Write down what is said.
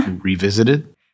revisited